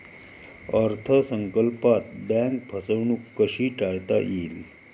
अर्थ संकल्पात बँक फसवणूक कशी टाळता येईल?